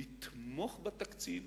לתמוך בתקציב.